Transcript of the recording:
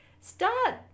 start